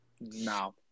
No